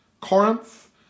Corinth